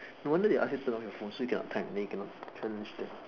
no wonder they ask you turn off your phone so you cannot time then you cannot challenge them